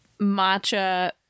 matcha